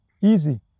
easy